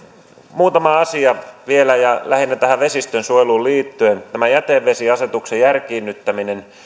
muutama asia vielä ja lähinnä tähän vesistönsuojeluun liittyen tämä jätevesiasetuksen järkiinnyttäminen